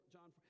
John